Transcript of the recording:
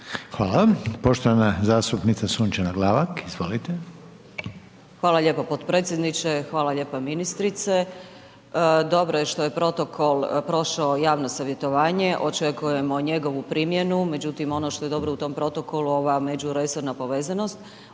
Hvala. Poštovana zastupnica Sunčana Glavak, izvolite. **Glavak, Sunčana (HDZ)** Hvala lijepo potpredsjedniče. Hvala lijepa ministrice. Dobro je što je protokol prošao javno savjetovanje, očekujemo njegovu primjenu. Međutim, ono što je dobro u tom protokolu, ova međuresorna povezanost.